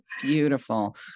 beautiful